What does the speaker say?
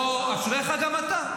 אשריך גם אתה.